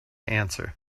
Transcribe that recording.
answer